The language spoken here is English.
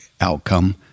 outcome